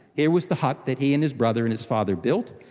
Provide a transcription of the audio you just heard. there was the hut that he and his brother and his father built.